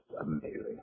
amazing